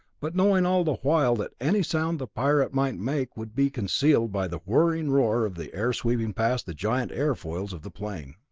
but knowing all the while that any sound the pirate might make would be concealed by the whirring roar of the air sweeping past the giant airfoils of the plane.